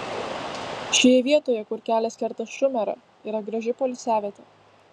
šioje vietoje kur kelias kerta šumerą yra graži poilsiavietė